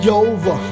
over